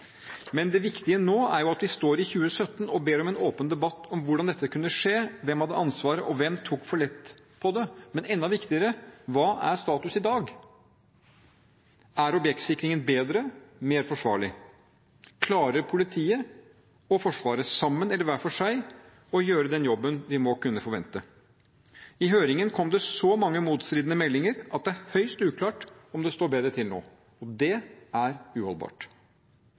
Men det viktige nå er jo at vi står i 2017 og ber om en åpen debatt om hvordan dette kunne skje, hvem hadde ansvaret, og hvem tok for lett på det. Men enda viktigere: Hva er status i dag? Er objektsikringen bedre, mer forsvarlig? Klarer politiet og Forsvaret, sammen eller hver for seg, å gjøre den jobben vi må kunne forvente? I høringen kom det så mange motstridende meldinger at det er høyst uklart om det står bedre til nå, og det er uholdbart.